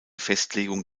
festlegung